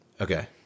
Okay